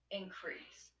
increase